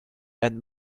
and